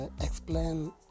explain